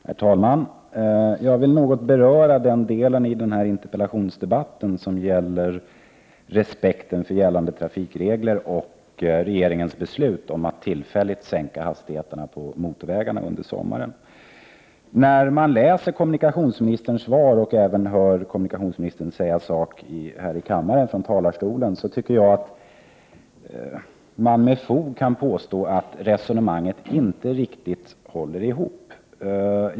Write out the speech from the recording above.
Herr talman! Jag vill något beröra den del av den här interpellationsdebatten som gäller respekten för gällande trafikregler och regeringens beslut att tillfälligt sänka hastigheten på motorvägar under sommaren. När man läser kommunikationsministerns svar och även hör kommunikationsministern säga samma sak från talarstolen här i kammaren, tycker jag att man med fog kan påstå att resonemanget inte riktigt håller ihop.